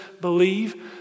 believe